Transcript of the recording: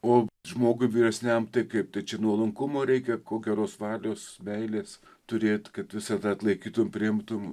o žmogui vyresniam tai kaip tyčia nuolankumo reikia geros valios meilės turėti kad visada atlaikytumei priimtumei